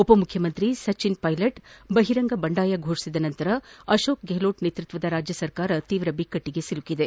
ಉಪಮುಖ್ಯಮಂತ್ರಿ ಸಚಿನ್ ಪೈಲೆಟ್ ಬಹಿರಂಗ ಬಂಡಾಯ ಫೋಷಿಸಿದ ನಂತರ ಅೋಕ್ ಗೆಹ್ಲೋಟ್ ನೇತೃತ್ವದ ರಾಜ್ಯ ಸರ್ಕಾರ ತೀವ್ರ ಬಿಕ್ಕಟ್ಟು ಎದುರಿಸುತ್ತಿದೆ